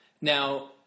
Now